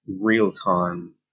real-time